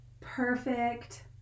perfect